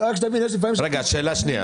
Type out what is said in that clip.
אחרי שדייקנו את כל הדיוקים לפרוטוקול,